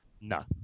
No